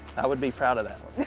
i would be proud of that one.